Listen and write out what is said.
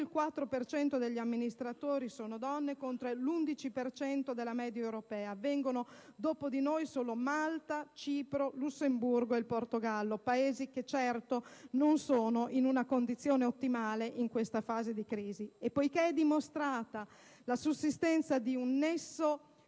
cento degli amministratori sono donne, contro l'11 per cento della media europea; dopo di noi vengono solo Malta, Cipro, Lussemburgo e Portogallo, Paesi che certo non si trovano in condizioni ottimali in questa fase di crisi. E poiché è dimostrata la sussistenza di un nesso